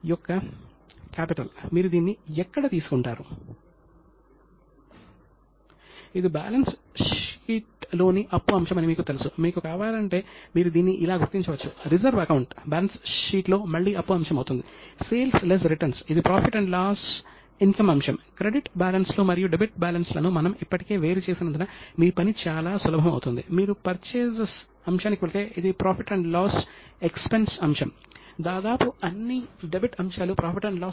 BoP మిగులు చాలా ఎక్కువగా ఉండేది ఇది బ్యాలెన్స్ ఆఫ్ పేమెంట్స్ మిగులు ఇది బంగారం కదలిక ద్వారా తనిఖీ చేయవచ్చు ఎందుకంటే భారతదేశానికి చాలా బంగారం బదిలీ అయిన దాఖలాలు మరియు సందర్భాలు అందుబాటులో ఉన్నాయి మరియు వాణిజ్య సంబంధమైన సముద్రయానం యొక్క పత్రాలు కూడా అందుబాటులో ఉన్నాయి ఎందుకంటే అప్పట్లో ఎక్కువగా సముద్ర మార్గాల ద్వారా వాణిజ్యం జరిగేది